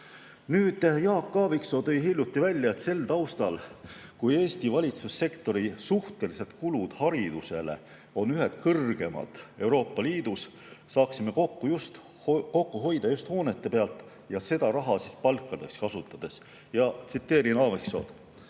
Jaak Aaviksoo tõi hiljuti välja, et sel taustal, kui Eesti valitsussektori suhtelised kulud haridusele on ühed kõrgeimad Euroopa Liidus, saaksime kokku hoida just hoonete pealt, et seda raha palkadeks kasutada. Tsiteerin Aaviksood: